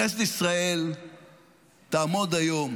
כנסת ישראל תעמוד היום